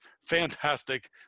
fantastic